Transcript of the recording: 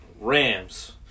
Rams